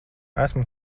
esmu